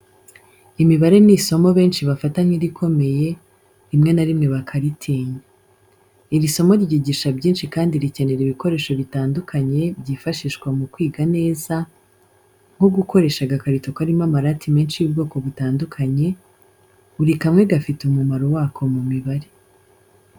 Imibare ni isomo benshi bafata nk’irikomeye, rimwe na rimwe bakaritinya. Iri somo ryigisha byinshi kandi rikenera ibikoresho bitandukanye byifashishwa mu kwiga neza, nko gukoresha agakarito karimo amarati menshi y’ubwoko butandukanye, buri kamwe gafite umumaro wako mu mibare.